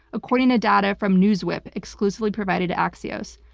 according to data from newswhip exclusively provided to axios.